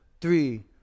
three